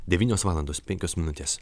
devynios valandos penkios minutės